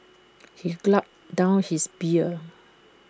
he gulped down his beer